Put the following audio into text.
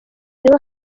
niho